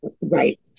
Right